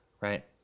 right